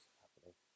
happening